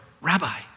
rabbi